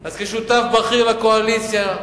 אז כשותף בכיר לקואליציה,